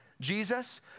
Jesus